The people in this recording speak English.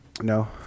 No